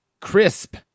crisp